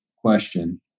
question